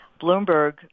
Bloomberg